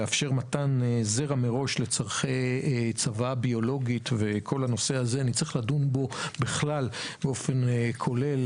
לאפשר מתן זרע מראש לצורכי צוואה ביולוגית שנצטרך לדון בזה באופן כולל,